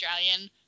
Australian